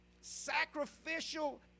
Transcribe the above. sacrificial